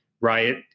Riot